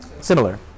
Similar